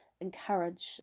encourage